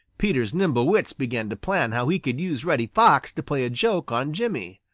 peter's nimble wits began to plan how he could use reddy fox to play a joke on jimmy.